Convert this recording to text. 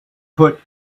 put